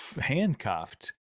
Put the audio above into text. handcuffed